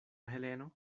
heleno